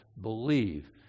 believe